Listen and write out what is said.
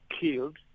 killed